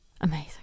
Amazing